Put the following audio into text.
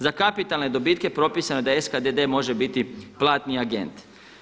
Za kapitalne dobitke propisano je da SKDD može biti platni agent.